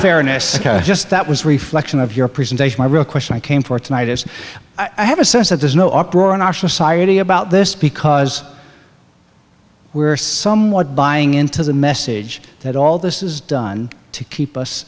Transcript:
fairness just that was reflection of your presentation my real question i came forth tonight is i have a sense that there's no uproar in our society about this because we're somewhat buying into the message that all this is done to keep us